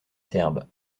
serbe